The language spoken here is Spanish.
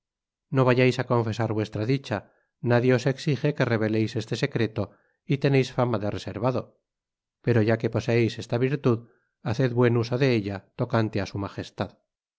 no vayais á confesar vuestra dicha nadie os exije que reveleis este secreto y teneis fama de reservado pero ya que poseeis esta virtud haced buen uso de ella tocante á su majestad